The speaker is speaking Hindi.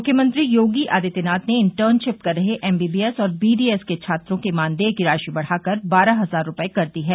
मुख्यमंत्री योगी आदित्यनाथ ने इंटर्नशिप कर रहे एमबीबीएस और बीडीएस के छात्रों के मानदेय की धनराशि बढ़ाकर बारह हजार रूपये कर दी है